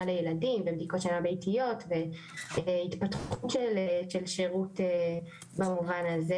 לילדים ובדיקות שינה ביתיות והתפתחות של השירות במובן הזה.